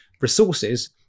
resources